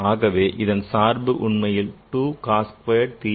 ஆகவே இதன் சார்பு உண்மையில் 2 cos squared theta minus sin squared theta